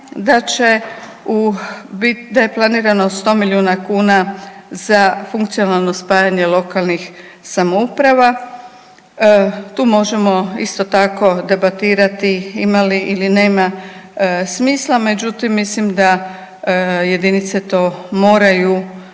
da je planirano 100 miliona kuna za funkcionalno spajanje lokalnih samouprava. Tu možemo isto tako debatirati ima li ili nema smisla, međutim mislim da jedinice to moraju